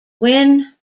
win